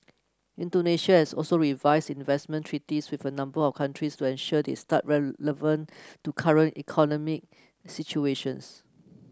Indonesia has also revised investment treaties with a number of countries to ensure they stay relevant to current economic situations